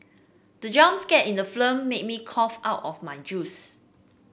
the jump scare in the film made me cough out my juice